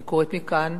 אני קוראת מכאן